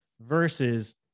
versus